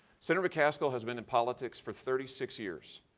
senator mccaskill has been in politics for thirty six years.